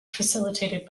facilitated